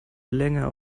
länger